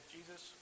Jesus